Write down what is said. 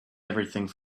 everything